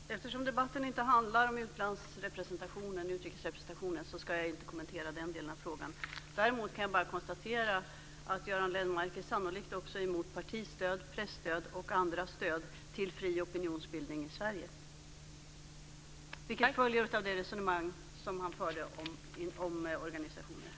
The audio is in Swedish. Fru talman! Eftersom debatten inte handlar om utrikesrepresentationen ska jag inte kommentera den delen av frågan. Däremot kan jag konstatera att Göran Lennmarker sannolikt också är emot partistöd, presstöd och andra stöd till fri opinionsbildning i Sverige. Det följer av det resonemang som han förde om organisationerna.